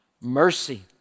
Mercy